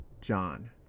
John